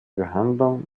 behandlung